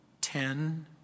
Ten